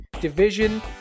division